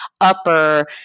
upper